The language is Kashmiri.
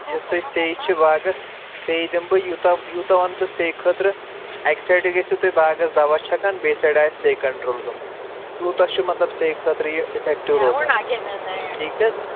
یُس تۄہہِ سیٚے چھِ باغس سیٚے دِمہٕ بہٕ یوٗتاہ یوٗتاہ ونہٕ بہٕ سیٚہِ خأطرٕ اَکہِ سایڈٕ گٔژھِو تُہۍ باغس دوا چھکان بیٚیہِ سایڈٕ آسہِ سیٚے کنٹرول گٲمٕژ تیٛوٗتاہ چھُ مطلب سیٚہِ خأطرٕ یہِ اِفیٚکٹیوٗ روزان ٹھیٖک چھِ حظ